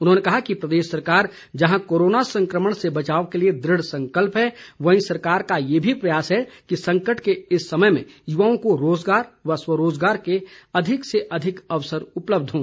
उन्होंने कहा कि प्रदेश सरकार जहां कोरोना संक्रमण से बचाव के लिए दृढ़संकल्प है वहीं सरकार का यह भी प्रयास है कि संकट के इस समय में युवाओं को रोज़गार व स्वरोज़गार के अधिक से अधिक अवसर उपलब्ध हों